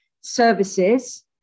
services